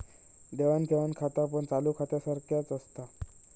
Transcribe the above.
देवाण घेवाण खातापण चालू खात्यासारख्याच असता